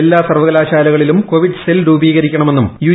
എല്ലാ സർവ്വകലാശാല കളിലും കോവിഡ് സെൽ രൂപീകരിക്കണമെന്നും യു